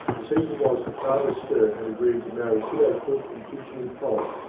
the secret was that father sturt had agreed to marry kiddo cook and pigeony poll.